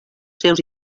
seus